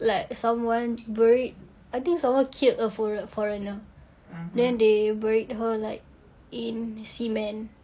like someone buried I think someone killed a fore~ foreigner then they buried her like in cement